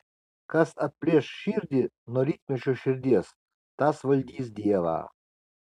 kas atplėš širdį nuo rytmečio širdies tas valdys dievą